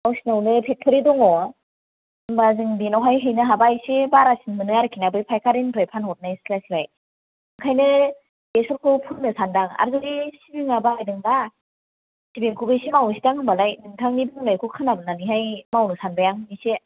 गावसिनावनो factory दङ होमबा जों बेनावहाय हैनो हाबा एसे बारासिन मोनो आरखि ना बे फायखारिनिफ्राय फानहरनाय स्लाय स्लाय ओंखायनो बेसरखौ फोनो सान्दां आर जुदि सिबिंआ बारायदोंब्ला सिबिंखौबो एसे मावहैनोसैदां होमबालाय नोंथांनि बुंनायखौ खोनानानैहाय मावनो सानबाय आं एसे